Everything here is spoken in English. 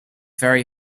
very